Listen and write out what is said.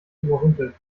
überrumpelt